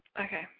Okay